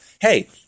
hey